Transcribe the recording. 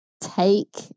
take